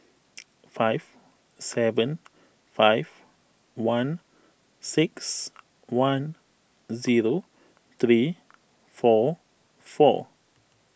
five seven five one six one zero three four four